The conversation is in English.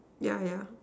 yeah yeah